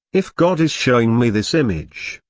if god is showing me this image,